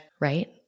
Right